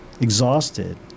exhausted